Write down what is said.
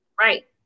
Right